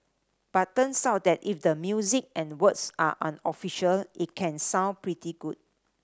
but turns out that if the music and words are unofficial it can sound pretty good